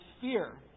fear